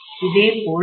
இதேபோல் ReqX1X2'